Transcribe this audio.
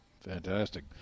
Fantastic